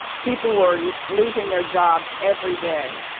people were losing their jobs every day.